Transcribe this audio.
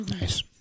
nice